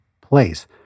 place